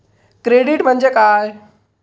Credit म्हणजे काय?